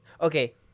Okay